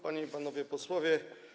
Panie i Panowie Posłowie!